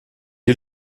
est